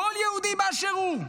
כל יהודי באשר הוא,